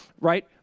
right